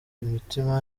imitima